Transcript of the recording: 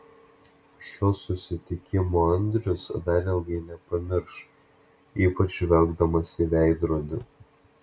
šio susitikimo andrius dar ilgai nepamirš ypač žvelgdamas į veidrodį